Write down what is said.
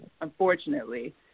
unfortunately